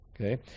okay